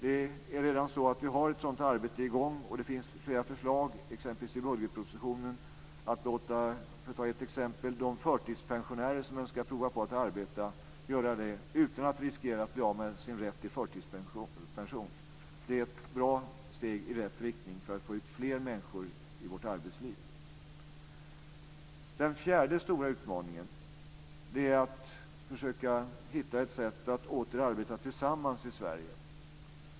Vi har redan ett sådant arbete i gång, och det finns exempelvis i budgetpropositionen förslag om att låta de förtidspensionärer som önskar prova på att arbeta göra det utan att riskera att bli av med sin rätt till förtidspension. Det är ett bra steg i rätt riktning för att få ut fler människor i vårt arbetsliv. Den fjärde stora utmaningen är att försöka hitta ett sätt att åter arbeta tillsammans i Sverige.